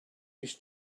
his